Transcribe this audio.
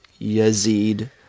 Yazid